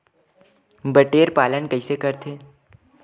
बटेर पालन कइसे करथे?